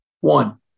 One